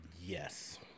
Yes